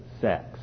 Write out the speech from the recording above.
sex